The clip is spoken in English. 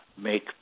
make